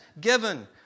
given